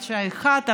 עד השעה 13:00,